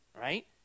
right